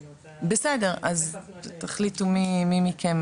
בסדר, אז תחליטו מי מכם